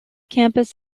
campus